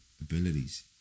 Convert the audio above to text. abilities